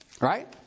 Right